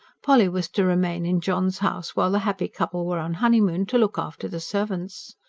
polly was to remain in john's house while the happy couple were on honeymoon, to look after the servants.